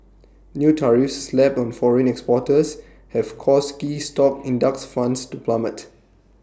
new tariffs slapped on foreign exporters have caused key stock index funds to plummet